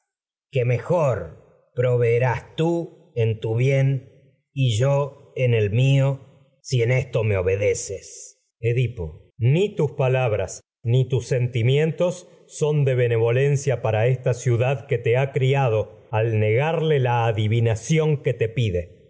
que en mejor m proveerás tú obedeces en tu bien y yo en el mío si esto edipo rey edipo ni tus palabras ni tus sentimientos son de benevolencia para esta ciudad que te lia criado al ne garle la adivinación que te pide